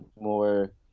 more